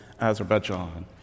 Azerbaijan